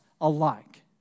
alike